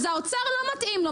אז האוצר לא מתאים לו,